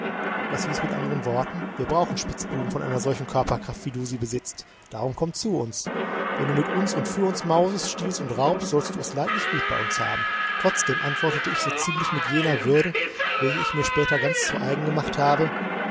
das hieß mit andern worten wir brauchen spitzbuben von einer solchen körperkraft wie du sie besitzest darum komm zu uns wenn du mit uns und für uns mausest stiehlst und raubst sollst du es leidlich gut bei uns haben trotzdem antwortete ich so ziemlich mit jener würde welche ich mir später ganz zu eigen gemacht habe